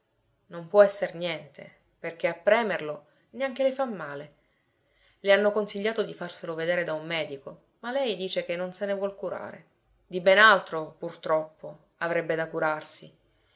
non può essere niente perché a premerlo neanche le fa male le hanno consigliato di farselo vedere da un medico ma lei dice che non se ne vuol curare di ben altro purtroppo avrebbe da curarsi